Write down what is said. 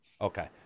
Okay